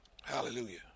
Hallelujah